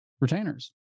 retainers